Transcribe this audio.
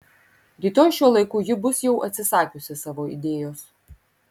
rytoj šiuo laiku ji bus jau atsisakiusi savo idėjos